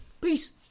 peace